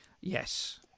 Yes